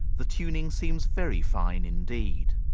the tuning seems very fine indeed.